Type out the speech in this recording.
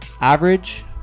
Average